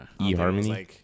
eHarmony